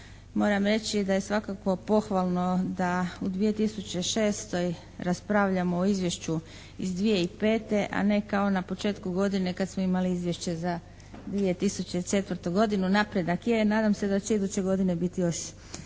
Moram reći da je svakako pohvalno da u 2006. raspravljamo o izvješću iz 2005., a ne kao na početku godine kad smo imali izvješće za 2004. godinu. Napredak je i nadam se da će iduće godine biti još